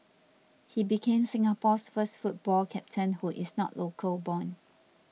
he became Singapore's first football captain who is not local born